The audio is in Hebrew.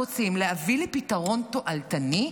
אם אנחנו רוצים להביא לפתרון תועלתי,